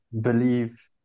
believe